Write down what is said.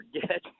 forget